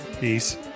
peace